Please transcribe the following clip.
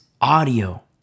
audio